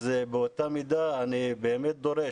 אז באותה מידה אני באמת דורש,